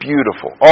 Beautiful